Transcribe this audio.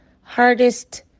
hardest